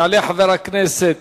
יעלה חבר הכנסת